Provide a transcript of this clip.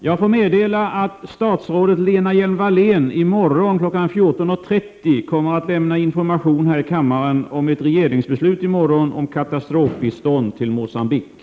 Jag får meddela att statsrådet Lena Hjelm-Wallén i morgon kl. 14.30 kommer att lämna information om ett regeringsbeslut om katastrofbistånd till Mogambique.